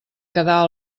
quedar